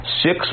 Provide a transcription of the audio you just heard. six